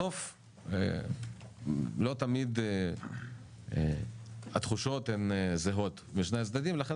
בסוף לא תמיד התחושות הן זהות משני הצדדים לכן